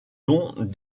dons